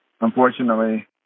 unfortunately